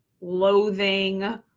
loathing